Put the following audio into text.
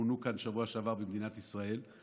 שמונו כאן בשבוע שעבר במדינת ישראל,